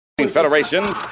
Federation